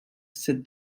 sed